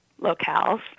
locales